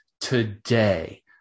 today